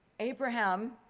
abraham,